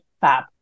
fab